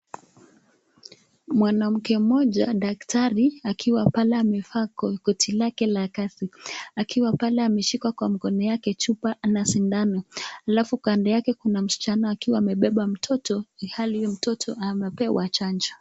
Mwanamke mmoja daktari akiwa pale amevaa koti lake la kazi; akiwa pale ameshika kwa mkono yake chupa ana sindano. Halafu kando yake kuna msichana akiwa amebeba mtoto ilhali huyo mtoto amepewa chanjo.